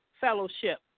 fellowship